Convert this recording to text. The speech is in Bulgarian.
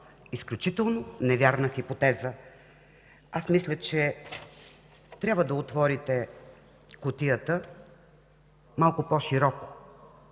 изключително невярна хипотеза. Мисля, че трябва да отворите кутията малко по-широко.